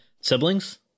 siblings